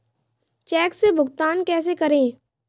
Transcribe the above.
Check से भुगतान कैसे करें?